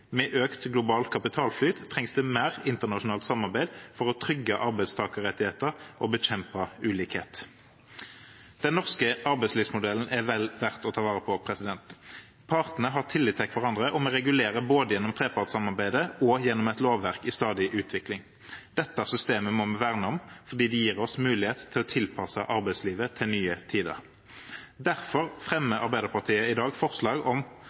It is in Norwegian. økt global kapitalflyt trengs det mer internasjonalt samarbeid for å trygge arbeidstakerrettigheter og bekjempe ulikhet.» Den norske arbeidslivsmodellen er vel verdt å ta vare på. Partene har tillit til hverandre, og vi regulerer både gjennom trepartssamarbeidet og gjennom et lovverk i stadig utvikling. Dette systemet må vi verne om, fordi det gir oss mulighet til å tilpasse arbeidslivet til nye tider. Derfor fremmer Arbeiderpartiet – og Sosialistisk Venstreparti – i dag forslag om at det må avklares om